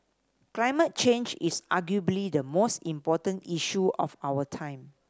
climate change is arguably the most important issue of our time